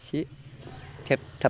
एसे थेब थाब